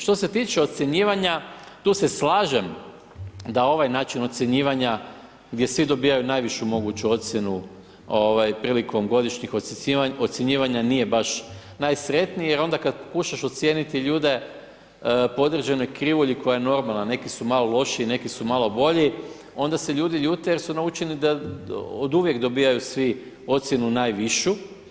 Što se tiče ocjenjivanja tu se slažem da ovaj način ocjenjivanja gdje svi dobivaju najvišu moguću ocjenu prilikom godišnjih ocjenjivanja nije baš najsretniji jer onda kada pokušaš ocijeniti ljude po određenoj krivulji koja je normalna, neki su malo lošiji, neki su malo bolji onda se ljudi ljute jer su naučeni da oduvijek dobivaju svi ocjenu najvišu.